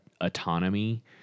autonomy